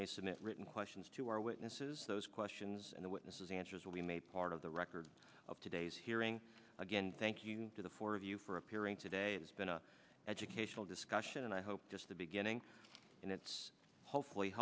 they submit written questions to our witnesses those questions and the witnesses answers will be made part of the record of today's hearing again thank you to the four of you for appearing today it has been an educational discussion and i hope just the beginning and it's hopefully